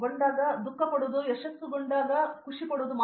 ಪ್ರತಾಪ್ ಹರಿದಾಸ್ ಸರಿ ಉತ್ತಮ